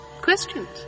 Questions